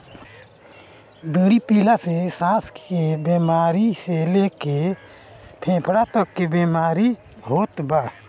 बीड़ी पियला से साँस के बेमारी से लेके फेफड़ा तक के बीमारी होत बा